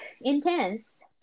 Intense